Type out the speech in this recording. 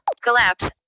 collapse